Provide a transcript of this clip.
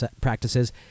practices